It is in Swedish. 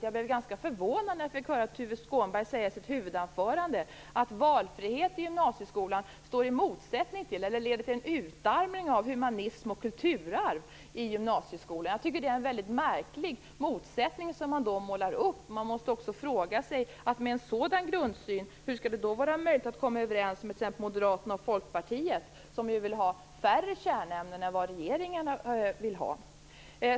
Jag blev ganska förvånad när jag fick höra Tuve Skånberg säga i sitt huvudanförande att valfrihet i gymnasieskolan står i motsättning till eller leder till en utarmning av humanism och kulturarv. Jag tycker att det är en mycket märklig motsättning han då målar upp. Man måste fråga sig hur det med en sådan grundsyn är möjligt att komma överens med Moderaterna och Folkpartiet, som ju vill ha färre kärnämnen än vad regeringen vill ha.